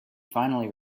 finally